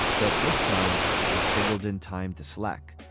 but this time i scheduled in time to slack.